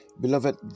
Beloved